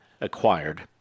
acquired